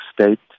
state